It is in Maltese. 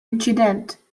inċident